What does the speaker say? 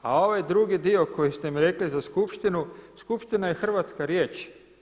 A ovaj drugi dio koji ste mi rekli za skupštinu, skupština je hrvatska riječ.